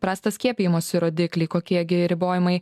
prastą skiepijimosi rodiklį kokie gi ribojimai